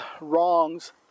wrongs